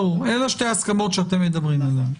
ברור, אלה שתי ההסכמות שאתם מדברים עליהן.